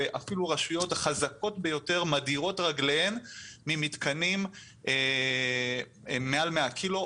ואפילו הרשויות החזקות ביותר מדירות רגליהם ממתקנים מעל 100 קילו,